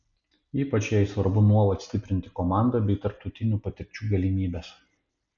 ypač jai svarbu nuolat stiprinti komandą bei tarptautinių patirčių galimybes